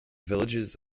villages